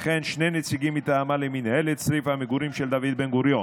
וכן שני נציגי מטעמה למינהלת צריף המגורים של דוד בן-גוריון.